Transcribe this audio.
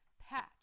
pat